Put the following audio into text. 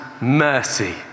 mercy